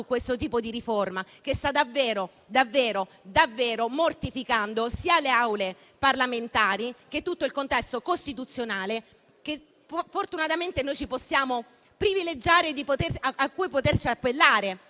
questo tipo di riforma che sta davvero mortificando sia le Assemblee parlamentari che tutto il contesto costituzionale, cui fortunatamente abbiamo il privilegio di poterci appellare.